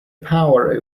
power